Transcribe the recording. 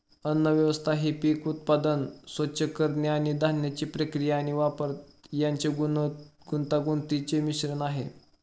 अन्नव्यवस्था ही पीक उत्पादन, स्वच्छ करणे आणि धान्याची प्रक्रिया आणि वापर यांचे गुंतागुंतीचे मिश्रण आहे